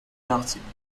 nachziehen